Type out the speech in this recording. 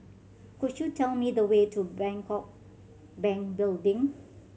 could you tell me the way to Bangkok Bank Building